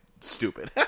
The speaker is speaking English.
Stupid